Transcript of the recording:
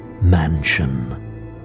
Mansion